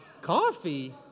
Coffee